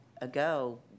ago